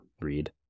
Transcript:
read